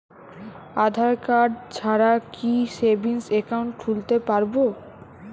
আধারকার্ড ছাড়া কি savings account খুলতে পারব?